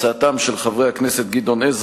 הצעת חברי הכנסת גדעון